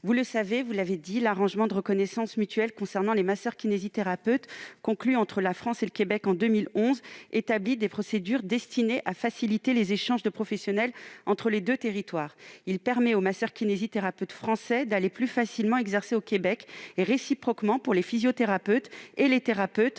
vous le savez, l'arrangement de reconnaissance mutuelle (ARM) concernant les masseurs-kinésithérapeutes, conclu entre la France et le Québec en 2011, établit des procédures destinées à faciliter les échanges de professionnels entre les deux territoires. Il permet aux masseurs-kinésithérapeutes français d'aller plus facilement exercer au Québec et réciproquement pour les physiothérapeutes et les thérapeutes